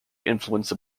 influenced